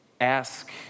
Ask